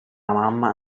mamma